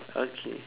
okay